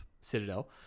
Citadel